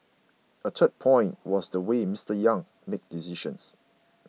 a third point was the way Mister Yang made decisions